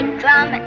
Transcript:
drum